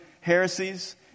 heresies